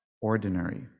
ordinary